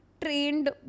trained